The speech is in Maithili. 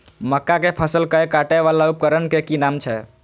मक्का के फसल कै काटय वाला उपकरण के कि नाम छै?